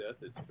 death